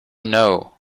know